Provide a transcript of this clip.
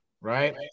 right